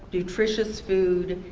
nutritious food,